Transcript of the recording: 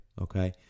Okay